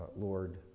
Lord